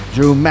Drew